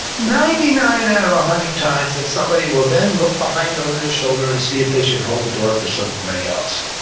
ninety nine out of one hundred times, that somebody will then look behind over their shoulder and see if they should hold the door for so somebody else